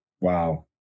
Wow